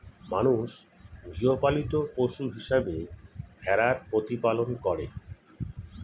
মানুষ গৃহপালিত পশু হিসেবে ভেড়ার প্রতিপালন করে